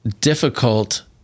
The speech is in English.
difficult